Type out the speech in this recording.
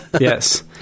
Yes